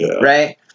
right